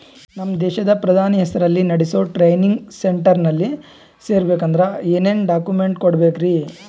ನಮ್ಮ ದೇಶದ ಪ್ರಧಾನಿ ಹೆಸರಲ್ಲಿ ನೆಡಸೋ ಟ್ರೈನಿಂಗ್ ಸೆಂಟರ್ನಲ್ಲಿ ಸೇರ್ಬೇಕಂದ್ರ ಏನೇನ್ ಡಾಕ್ಯುಮೆಂಟ್ ಕೊಡಬೇಕ್ರಿ?